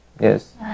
Yes